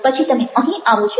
પછી તમે અહીં આવો છો